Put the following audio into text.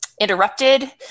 interrupted